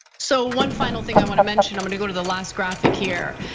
so one final thing i wanna mention, i'm gonna go to the last graphic here.